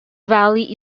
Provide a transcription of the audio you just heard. valley